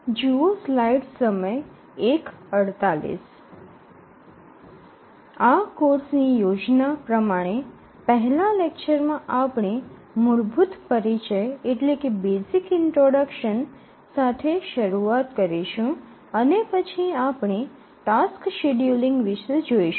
આ કોર્ષની યોજના પ્રમાણે પહેલા લેક્ચરમાં આપણે મૂળભૂત પરિચય સાથે શરૂઆત કરીશું અને પછી આપણે ટાસ્ક શેડ્યુલિંગ વિશે જોઈશું